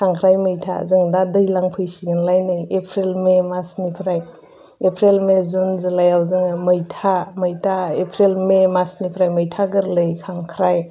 खांख्राइ मैथा जों दा देज्लां फैसिगोन लाय नै एप्रिल मे मासनिफ्राय एप्रिल मे जुन जुलाइयाव जोङो मैथा एप्रिल मे मासनिफ्राय मैथा गोरलै खांख्राइ